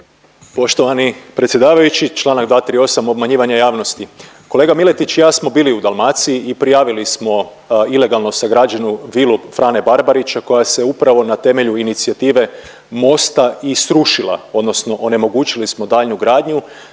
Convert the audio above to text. Poštovani predsjedavajući, čl. 238. obmanjivanje javnosti. Kolega Miletić i ja smo bili u Dalmaciji i prijavili smo ilegalno sagrađenu vilu Frane Barbarića koja se upravo na temelju inicijative Mosta i srušila odnosno onemogućili smo daljnju gradnju